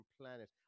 planet